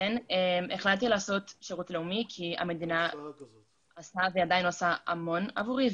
החלטתי לעשות שירות לאומי כי המדינה עשתה ועדיין עושה הרבה עבורי.